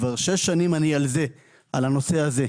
כבר שש שנים אני על זה, על הנושא הזה.